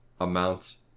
amounts